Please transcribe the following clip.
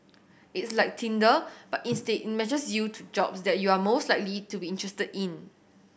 it's like Tinder but instead it matches you to jobs that you are most likely to be interested in